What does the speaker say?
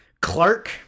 Clark